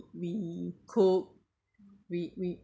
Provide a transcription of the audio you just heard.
we cook we we